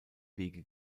wege